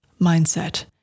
mindset